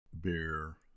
beer